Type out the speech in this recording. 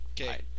Okay